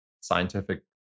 scientific